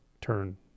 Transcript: turn